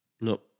No